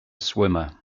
swimmer